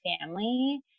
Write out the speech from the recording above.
family